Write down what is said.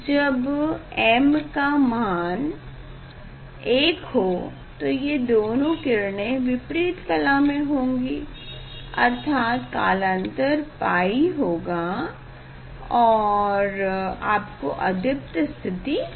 जब m का मान 1 हो तो ये दोनों किरणें विपरीत कला में होंगी अर्थात का कलांतर π होगा और आपको अदीप्त स्थिति मिलेगी